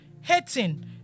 hating